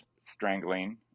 strangling